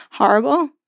Horrible